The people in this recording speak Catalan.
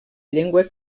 llengua